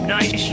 Nice